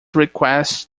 request